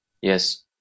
yes